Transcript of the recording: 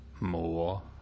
more